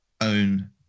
own